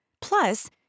Plus